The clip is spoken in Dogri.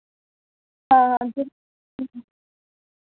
हां